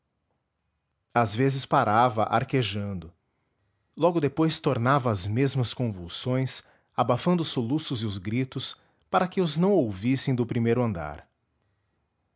às vezes parava arquejando logo depois tornava às www nead unama br mesmas convulsões abafando os soluços e os gritos para que os não ouvissem do primeiro andar